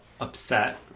upset